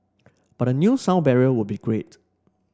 but a new sound barrier would be great